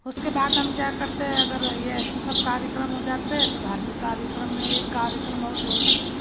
उसके बाद हम क्या करते है अगर यह ऐसे सब कार्यक्रम हो जाते हैं तो धार्मिक कार्यक्रम में एक कार्यक्रम और जोड़ देते